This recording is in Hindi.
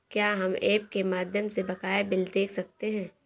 क्या हम ऐप के माध्यम से बकाया बिल देख सकते हैं?